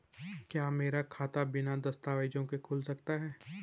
क्या मेरा खाता बिना दस्तावेज़ों के खुल सकता है?